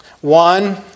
One